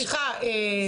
סליחה,